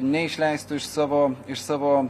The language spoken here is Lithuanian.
neišleistų iš savo iš savo